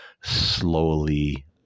slowly